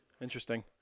Interesting